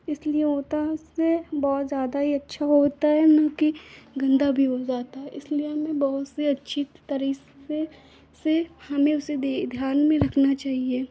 इसलिए होता है उससे बहुत ज़्यादा ही अच्छा होता है न कि गंदा भी हो जाता है इसलिए हमें बहुत से अच्छी तरह से हमें उसे धि ध्यान में रखना चाहिए